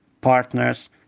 partners